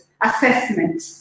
assessment